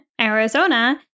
Arizona